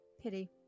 pity